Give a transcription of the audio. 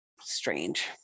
strange